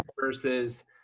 versus